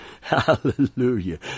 Hallelujah